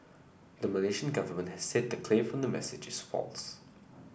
the Malaysian government has said the claim from the messages false